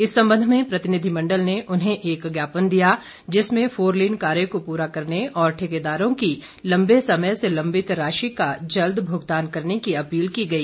इस संबंध में प्रतिनिधिमंडल ने उन्हें एक ज्ञापन दिया जिसमें फोरलेन कार्य को पूरा करने और ठेकेदारों की लम्बे समय से लम्बित राशि का जल्द भुगतान करने की अपील की गई